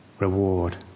reward